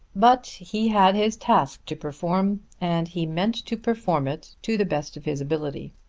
but he had his task to perform, and he meant to perform it to the best of his ability.